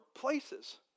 places